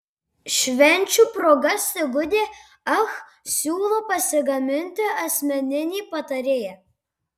švenčių proga sigutė ach siūlo pasigaminti asmeninį patarėją